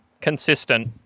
consistent